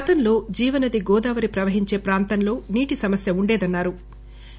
గతంలో జీవనది గోదావరి ప్రవహించే ప్రాంతంలో నీటి సమస్య ఉండేదన్నా రు